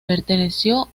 perteneció